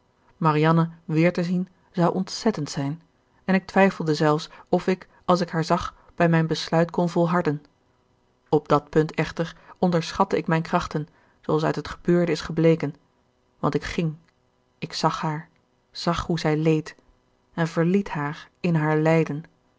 marianne weer te zien zou ontzettend zijn en ik twijfelde zelfs of ik als ik haar zag bij mijn besluit kon volharden op dat punt echter onderschatte ik mijn krachten zooals uit het gebeurde is gebleken want ik ging ik zag haar zag hoe zij leed en verliet haar in haar lijden